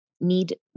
need